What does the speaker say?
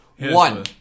One